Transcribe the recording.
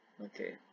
Okay